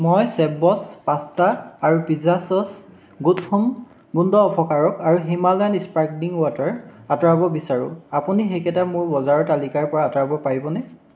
মই চেফবছ পাস্তা আৰু পিজ্জা চ'চ গুড হোম গোন্ধ অপসাৰক আৰু হিমালয়ান স্পাৰ্কলিং ৱাটাৰ আঁতৰাব বিচাৰোঁ আপুনি সেইকেইটা মোৰ বজাৰৰ তালিকাৰ পৰা আঁতৰাব পাৰিবনে